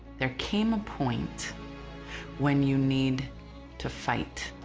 there came a point when you need to fight.